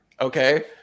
Okay